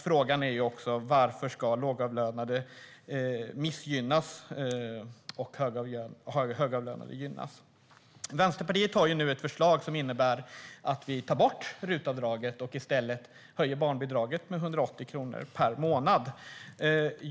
Frågan är också varför lågavlönade ska missgynnas och högavlönade gynnas. Vänsterpartiet har ett förslag som innebär att vi tar bort RUT-avdraget och i stället höjer barnbidraget med 180 kronor per månad.